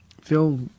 Phil